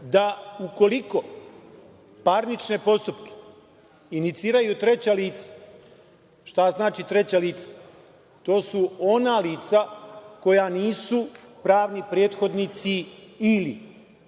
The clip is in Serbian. da ukoliko parnične postupke iniciraju treća lica, šta znači treća lica? To su ona lica koja nisu pravni prethodnici ili